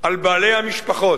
על בעלי המשפחות,